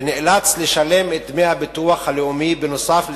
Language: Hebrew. ונאלץ לשלם את דמי הביטוח הלאומי נוסף על